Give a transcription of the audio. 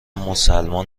مسلمان